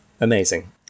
Amazing